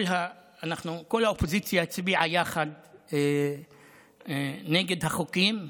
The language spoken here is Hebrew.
כל האופוזיציה הצביעה יחד נגד החוקים,